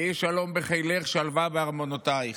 יהי שלום בחילך שלוׇה בְּאַרְמְנוֹתׇיִך.